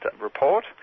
Report